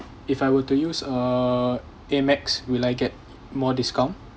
if I were to use uh amex will I get more discount